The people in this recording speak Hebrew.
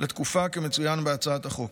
לתקופה כמצוין בהצעת החוק.